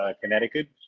Connecticut